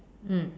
mm